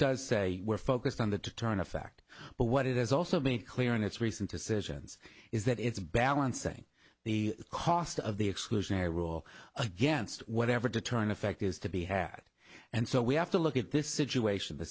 does say we're focused on the turn effect but what is also made clear in its recent decisions is that it's balancing the cost of the exclusionary rule against whatever deterrent effect is to be had and so we have to look at this situation the